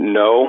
no